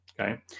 Okay